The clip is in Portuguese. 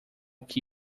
que